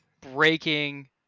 breaking